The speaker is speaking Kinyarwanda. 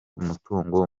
umutungo